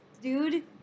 dude